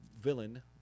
villain